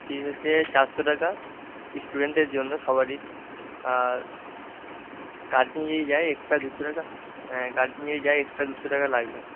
ফিজ হচ্ছে চারশো টাকা স্টুডেন্টের জন্য সবারই আর গার্জেন যদি যায় এক্সট্রা দুশো টাকা গার্জেন যদি যায় এক্সট্রা দুশো টাকা লাগবে